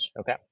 Okay